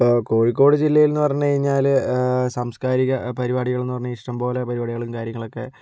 ഇപ്പോൾ കോഴിക്കോട് ജില്ലയിൽ എന്ന് പറഞ്ഞ് കഴിഞ്ഞാൽ സാംസ്കാരിക പരിപാടികൾ എന്ന് പറഞ്ഞ് കഴിഞ്ഞാൽ ഇഷ്ടം പോലെ പരിപാടികളും കാര്യങ്ങളും ഒക്കെ